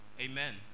Amen